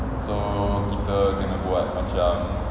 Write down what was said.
so kita kena buat macam